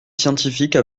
scientifique